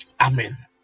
Amen